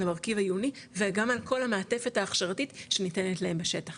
על המרכיב העיוני וגם על כל המעטפת ההכשרתית שניתנת להם בשטח.